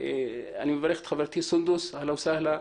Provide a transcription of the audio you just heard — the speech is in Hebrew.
אני מברך את חברת הכנסת סונדוס, אהלן וסהלן.